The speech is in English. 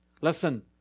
Listen